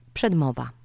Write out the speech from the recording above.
Przedmowa